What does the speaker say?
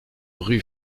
rue